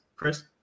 Chris